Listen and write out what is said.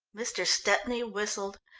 mr. stepney whistled,